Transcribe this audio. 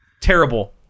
Terrible